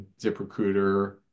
ZipRecruiter